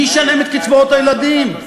מי ישלם את קצבאות הילדים?